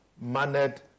mannered